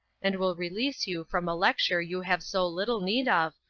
and will release you from a lecture you have so little need of,